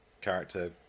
character